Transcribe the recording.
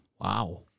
Wow